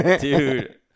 Dude